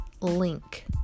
link